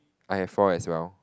I have four as well